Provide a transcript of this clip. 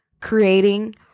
creating